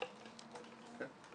כן.